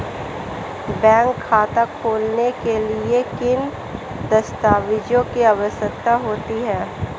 Bank खाता खोलने के लिए किन दस्तावेज़ों की आवश्यकता होती है?